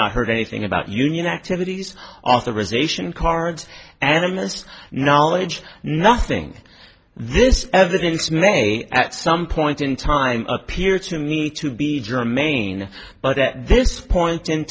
not heard anything about union activities authorisation cards and i missed knowledge nothing this evidence may at some point in time appear to me to be germ main but at this point in